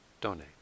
donate